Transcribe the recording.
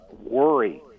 worry